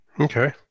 Okay